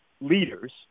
leaders